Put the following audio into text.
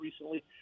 recently